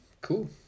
Cool